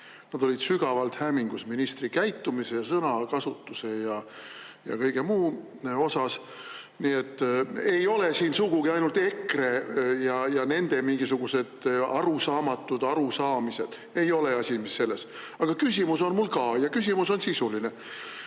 Nad olid sügavalt hämmingus ministri käitumise ja sõnakasutuse ja kõige muu peale. Nii et ei ole siin sugugi ainult EKRE ja nende mingisugused arusaamatud arusaamised. Ei ole asi selles. Aga küsimus on mul ka ja see küsimus on sisuline.